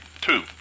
two